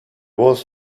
was